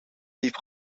heeft